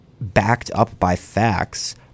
backed-up-by-facts